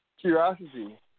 Curiosity